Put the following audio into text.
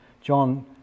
John